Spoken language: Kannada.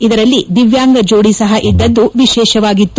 ಇದರಲ್ಲಿ ದಿವ್ನಾಂಗರ ಜೋಡಿ ಸಹ ಇದ್ದದ್ದು ವಿಶೇಷವಾಗಿತ್ತು